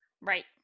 Right